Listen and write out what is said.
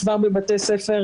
חבר הכנסת קושניר,